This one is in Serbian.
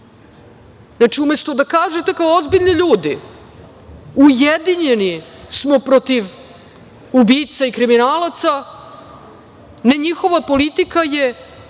Znači, umesto da kažete kao ozbiljni ljudi - ujedinjeni smo protiv ubica i kriminalaca. Ne, njihova politika je